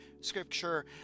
scripture